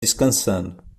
descansando